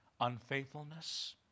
unfaithfulness